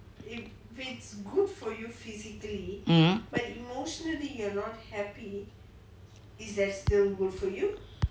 mm